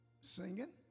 singing